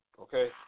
okay